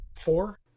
Four